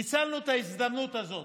ניצלנו את ההזדמנות הזאת